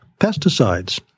pesticides